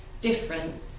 different